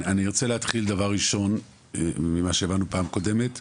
אני רוצה להתחיל דבר ראשון ממה שהבנו בפעם הקודמת מהקצה,